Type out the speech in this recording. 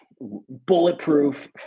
bulletproof